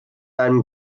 einem